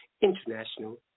International